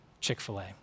Chick-fil-A